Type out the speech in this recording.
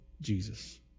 Jesus